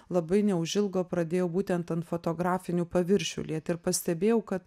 labai neužilgo pradėjo būtent ant fotografinių paviršių liet ir pastebėjau kad